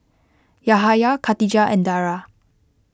Yahaya Katijah and Dara